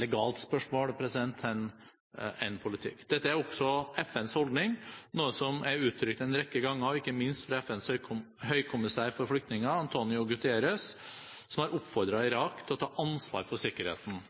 legalt spørsmål enn politikk. Dette er også FNs holdning, noe som er uttrykt en rekke ganger, ikke minst fra FNs høykommissær for flyktninger, António Guterres, som har oppfordret Irak til å ta ansvar for sikkerheten.